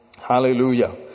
Hallelujah